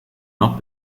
not